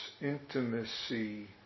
intimacy